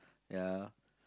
ya